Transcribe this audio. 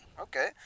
okay